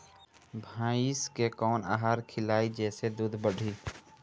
भइस के कवन आहार खिलाई जेसे दूध बढ़ी?